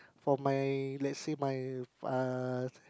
for my let's say my uh